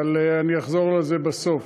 אבל אני אחזור לזה בסוף.